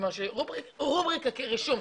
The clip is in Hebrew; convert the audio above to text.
רישום,